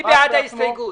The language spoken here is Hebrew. מי בעד ההסתייגות?